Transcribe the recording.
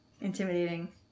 intimidating